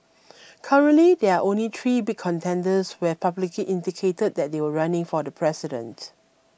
currently there are only three big contenders we've publicly indicated that they'll running for the president